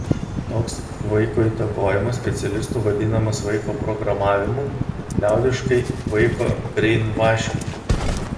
toks vaiko įtakojimas specialistų vadinamas vaiko programavimu liaudiškai vaiko breinvašingu